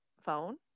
phone